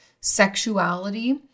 sexuality